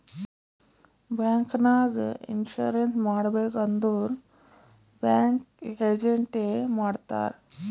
bank ನಾಗ್ insurance ಮಾಡಬೇಕ್ ಅಂದುರ್ ಬ್ಯಾಂಕ್ ಏಜೆಂಟ್ ಎ ಮಾಡ್ತಾರ್